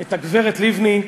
את הגברת לבני.